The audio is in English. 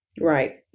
right